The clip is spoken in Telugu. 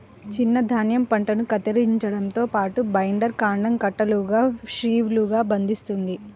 చిన్న ధాన్యం పంటను కత్తిరించడంతో పాటు, బైండర్ కాండం కట్టలుగా షీవ్లుగా బంధిస్తుంది